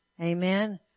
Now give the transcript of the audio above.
Amen